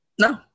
No